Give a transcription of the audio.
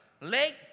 Lake